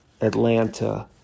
Atlanta